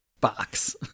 box